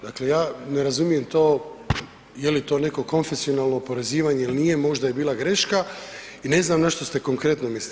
Dakle ja ne razumijem to jeli to neko konfesionalno oporezivanje ili nije, možda je bila greška i ne znam na što ste konkretno mislili.